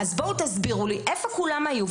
תסבירו לי איפה כולם היו.